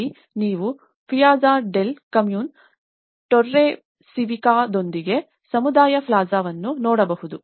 ಇಲ್ಲಿ ನೀವು Piazza del Comune Torre ಸಿವಿಕಾದೊಂದಿಗೆ ಸಮುದಾಯ ಪ್ಲಾಜಾವನ್ನು ನೋಡಬಹುದು